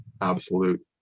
absolute